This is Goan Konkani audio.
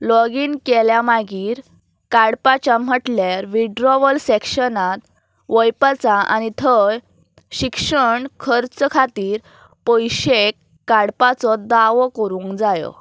लॉगीन केल्या मागीर काडपाच्या म्हटल्यार विड्रॉवल सॅक्शनांत वयपाचां आनी थंय शिक्षण खर्च खातीर पयशे काडपाचो दावो करूंक जायो